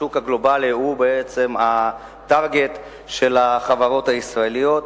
השוק הגלובלי הוא בעצם המטרה של החברות הישראליות.